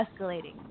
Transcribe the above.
escalating